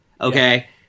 okay